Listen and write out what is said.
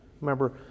Remember